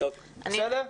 בסדר?